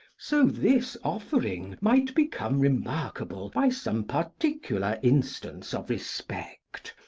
so this offering might become remarkable by some particular instance of respect,